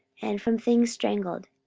and from things strangled,